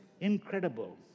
incredible